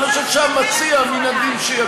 אבל אני חושב שהמציע, מן הדין שיקשיב.